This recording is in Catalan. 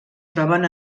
troben